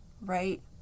right